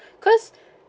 cause